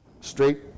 Straight